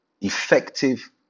effective